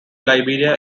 liberia